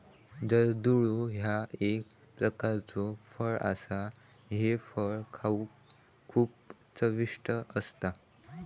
जर्दाळू ह्या एक प्रकारचो फळ असा हे फळ खाउक खूप चविष्ट असता